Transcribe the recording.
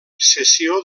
cessió